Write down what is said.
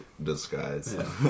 disguise